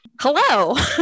hello